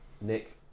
Nick